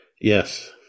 Yes